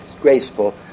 graceful